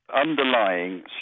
underlying